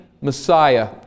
Messiah